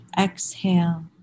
exhale